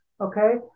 Okay